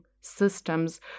systems